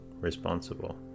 responsible